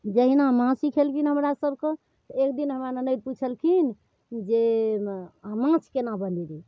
जहिना माँ सिखेलखिन हमरासभके तऽ एकदिन हमरा ननदि पुछलखिन जे माँछ कोना बनेबै